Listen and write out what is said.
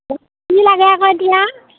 কি লাগে আকৌ এতিয়া